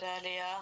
earlier